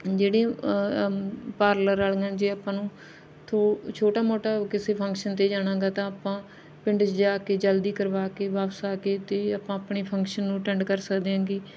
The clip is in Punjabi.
ਜਿਹੜੀ ਪਾਰਲਰ ਵਾਲੀਆਂ ਜੇ ਆਪਾਂ ਨੂੰ ਥੋ ਛੋਟਾ ਮੋਟਾ ਕਿਸੇ ਫ਼ੰਕਸ਼ਨ 'ਤੇ ਜਾਣਾ ਗਾ ਤਾਂ ਆਪਾਂ ਪਿੰਡ 'ਚ ਜਾ ਕੇ ਜਲਦੀ ਕਰਵਾ ਕੇ ਵਾਪਸ ਆ ਕੇ ਅਤੇ ਆਪਾਂ ਆਪਣੇ ਫ਼ੰਕਸ਼ਨ ਨੂੰ ਅਟੈਂਡ ਕਰ ਸਕਦੇ ਐਂਗੇ